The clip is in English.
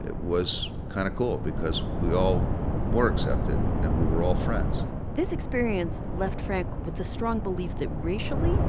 it was kind of cool because we all were accepted. and we were all friends this experience left frank with the strong belief that racially